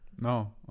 no